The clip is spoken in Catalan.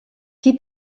qui